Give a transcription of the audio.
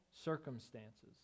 circumstances